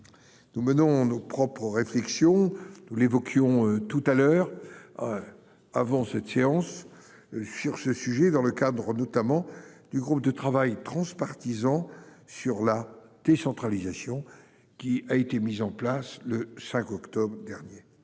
Nous menons nos propres réflexions sur ce sujet- nous l'évoquions avant cette séance -dans le cadre notamment du groupe de travail transpartisan sur la décentralisation, qui a été mis en place le 5 octobre dernier.